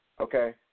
okay